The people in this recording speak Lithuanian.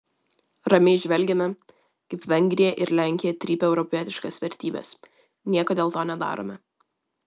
ramiai žvelgiame kaip vengrija ir lenkija trypia europietiškas vertybes nieko dėl to nedarome